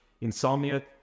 insomnia